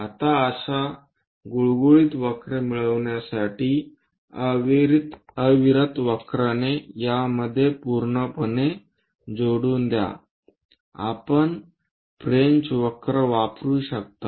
आता अशा गुळगुळीत वक्र मिळविण्यासाठी अविरत वक्रने यामध्ये पूर्णपणे जोडून द्या आपण फ्रेंच वक्र वापरू शकता